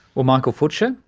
ah michael futcher,